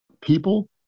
people